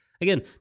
Again